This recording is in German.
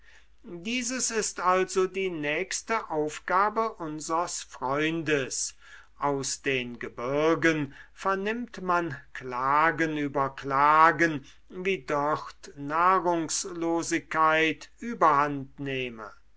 dieses ist also die nächste aufgabe unsers freundes aus den gebirgen vernimmt man klagen über klagen wie dort nahrungslosigkeit überhandnehme